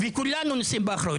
וכולנו נושאים באחריות.